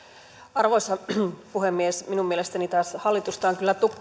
arvoisa puhemies minun mielestäni taas hallitusta on kyllä